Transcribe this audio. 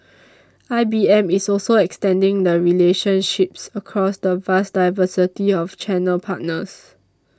I B M is also extending the relationships across the vast diversity of channel partners